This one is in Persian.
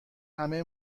همه